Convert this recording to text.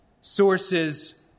sources